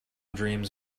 dreams